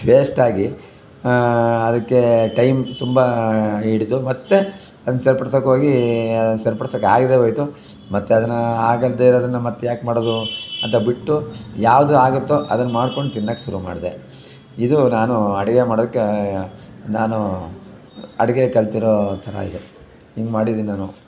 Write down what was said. ವೇಸ್ಟಾಗಿ ಅದಕ್ಕೆ ಟೈಮ್ ತುಂಬ ಹಿಡಿದು ಮತ್ತೆ ಅದನ್ನು ಸರ್ಪಡ್ಸಕ್ಕೋಗಿ ಸರ್ಪಡ್ಸಕ್ಕಾಗ್ದೇ ಹೋಯಿತು ಮತ್ತೆ ಅದನ್ನು ಆಗಲ್ದೇ ಇರೋದನ್ನು ಮಾತ್ಯಾಕೆ ಮಾಡೋದು ಅಂತ ಬಿಟ್ಟು ಯಾವುದು ಆಗುತ್ತೋ ಅದನ್ನು ಮಾಡಿಕೊಂಡು ತಿನ್ನಕ್ಕೆ ಶುರು ಮಾಡಿದೆ ಇದು ನಾನು ಅಡುಗೆ ಮಾಡೋಕ್ಕೆ ನಾನು ಅಡುಗೆ ಕಲ್ತಿರೋ ಥರ ಇದೆ ಹಿಂಗ್ ಮಾಡಿದೀನಿ ನಾನು